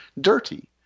dirty